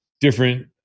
different